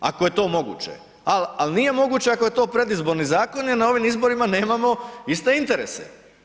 Ako je to moguće, ali nije moguće ako je to predizborni zakon jer na ovim izborima nemamo iste interese.